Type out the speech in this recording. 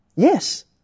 Yes